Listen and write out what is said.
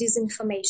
disinformation